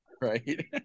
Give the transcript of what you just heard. Right